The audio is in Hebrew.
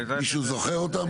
מישהו זוכר אותן?